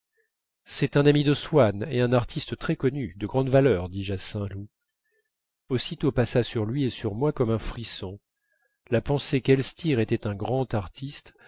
c'est un ami de swann et un artiste très connu de grande valeur dis-je à saint loup aussitôt passa sur lui et sur moi comme un frisson la pensée qu'elstir était un grand artiste